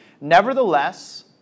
Nevertheless